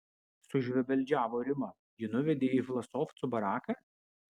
sušvebeldžiavo rima jį nuvedė į vlasovcų baraką